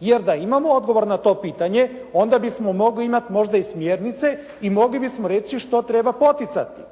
Jer da imamo odgovor na to pitanje onda bismo mogli imati možda i smjernice i mogli bismo reći što treba poticati.